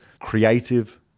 creative